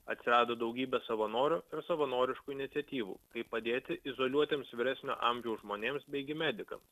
atsirado daugybė savanorių ir savanoriškų iniciatyvų kaip padėti izoliuotiems vyresnio amžiaus žmonėms beigi medikams